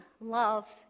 love